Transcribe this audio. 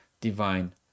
divine